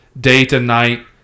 day-to-night